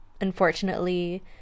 unfortunately